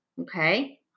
okay